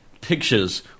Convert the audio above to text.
pictures